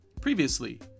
Previously